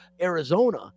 Arizona